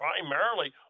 primarily